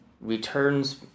returns